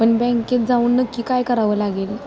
पण बँकेत जाऊन नक्की काय करावं लागेल